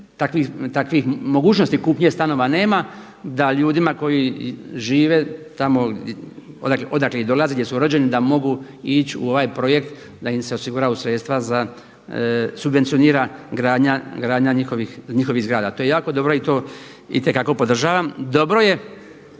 takvih mogućnosti kupnje stanova nema da ljudima koji žive tamo odakle i dolaze, gdje su rođeni da mogu ići u ovaj projekt da im se osiguraju sredstva, subvencionira gradnja njihovih zgrada, to je jako dobro i to itekako podržavam. Dobro je